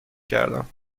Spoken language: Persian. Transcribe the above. کردم